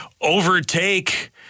overtake